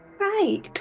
Right